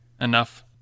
enough